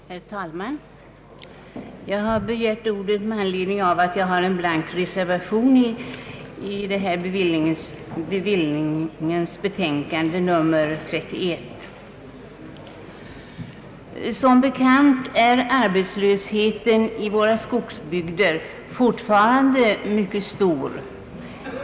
Herr talman! Jag har begärt ordet med anledning av att jag har en blank reservation fogad till bevillningsutskottets betänkande nr 31. Som bekant är arbetslösheten i våra skogsbygder fortfarande mycket stor.